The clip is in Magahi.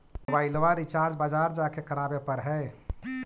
मोबाइलवा रिचार्ज बजार जा के करावे पर है?